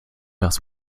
das